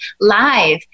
live